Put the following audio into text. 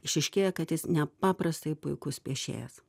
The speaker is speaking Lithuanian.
išryškėja kad jis nepaprastai puikus piešėjas